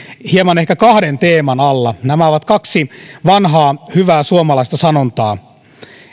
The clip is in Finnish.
hieman ehkä kahden teeman alla nämä ovat kaksi vanhaa hyvää suomalaista sanontaa